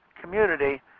community